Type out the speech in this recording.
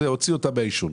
זה הוציא ואתם מהעישון.